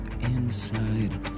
inside